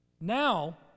Now